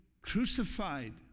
crucified